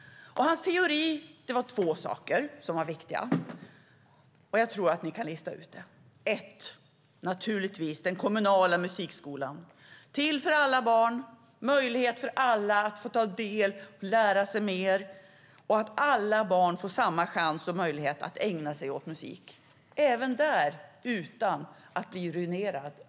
Hans teori bestod av två delar som var viktiga, och jag tror att ni kan lista ut vad de var. Det första var naturligtvis den kommunala musikskolan för alla barn, den som gett möjlighet för alla att ta del och lära sig mer. Den har gett alla barn samma chans och möjlighet att ägna sig åt musik utan att bli ruinerad.